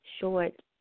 short